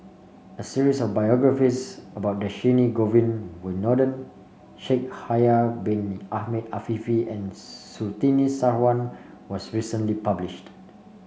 a series of biographies about Dhershini Govin Winodan Shaikh Yahya Bin Ahmed Afifi and Surtini Sarwan was recently published